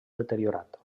deteriorat